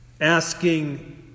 asking